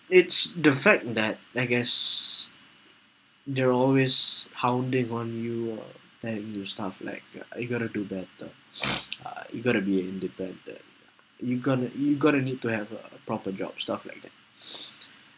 it's the fact that I guess they're always hounding on you and those stuff like uh are you going to do better uh you got to be independent you going to you going to need to have a proper job stuff like that